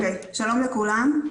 שלום לכולם.